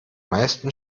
meisten